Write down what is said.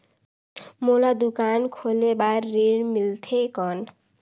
मोला दुकान खोले बार ऋण मिलथे कौन?